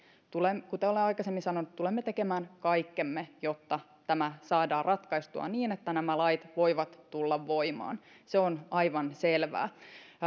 kuten olen aikaisemmin sanonut tulemme tekemään kaikkemme jotta tämä saadaan ratkaistua niin että nämä lait voivat tulla voimaan se on aivan selvää